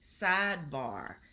Sidebar